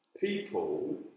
People